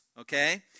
okay